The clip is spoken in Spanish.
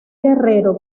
guerrero